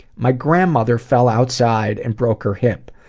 my grandmother fell outside and broke her hip.